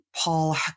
Paul